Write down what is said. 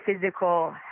physical